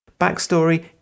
backstory